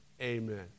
amen